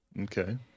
Okay